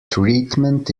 treatment